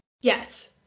Yes